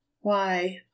Why